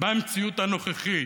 במציאות הנוכחית.